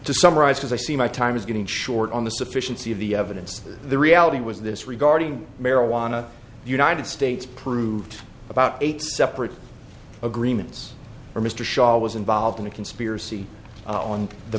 to summarise as i see my time is getting short on the sufficiency of the evidence that the reality was this regarding marijuana the united states proved about eight separate agreements or mr shaw was involved in a conspiracy on the